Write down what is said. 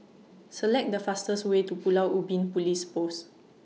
Select The fastest Way to Pulau Ubin Police Post